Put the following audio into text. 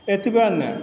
एतबे नहि